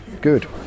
good